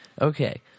okay